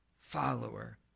follower